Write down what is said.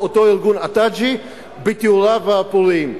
ארגון "איתיג'אה" בתיאוריו הפוריים.